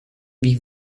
wie